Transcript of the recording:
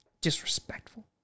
Disrespectful